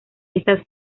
estas